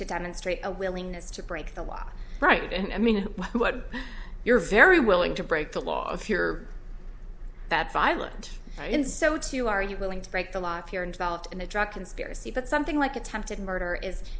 to demonstrate a willingness to break the law right and i mean what you're very willing to break the law if you're that's violent in so too are you willing to break the law if you're involved in a drug conspiracy but something like attempted murder is